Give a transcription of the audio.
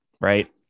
Right